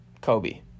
kobe